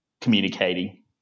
communicating